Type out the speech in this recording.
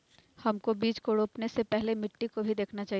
हमको बीज को रोपने से पहले मिट्टी को भी देखना चाहिए?